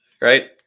right